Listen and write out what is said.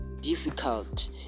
difficult